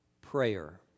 prayer